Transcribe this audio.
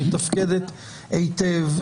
מתפקדת היטב,